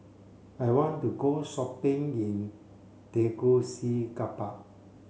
I want to go shopping in Tegucigalpa